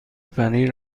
پنیر